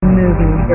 movie